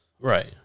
right